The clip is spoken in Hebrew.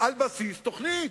על בסיס תוכנית.